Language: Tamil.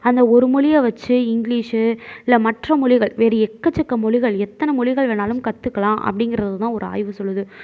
அந்த ஒரு மொழியை வச்சு இங்கிலீஷ்சு இல்லை மற்ற மொழிகள் வேறு எக்கசக்க மொழிகள் எத்தனை மொழிகள் வேண்ணாலும் கற்றுக்கலாம் அப்படிங்கிறதுதான் ஒரு ஆய்வு சொல்லுது